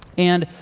and